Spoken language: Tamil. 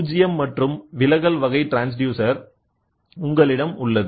பூஜ்ஜியம் மற்றும் விலகல் வகை ட்ரான்ஸ்டியூசர் உங்களிடம் உள்ளது